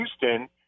Houston